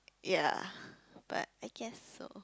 ya but I guess so